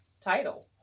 title